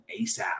ASAP